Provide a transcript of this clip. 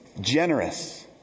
generous